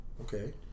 Okay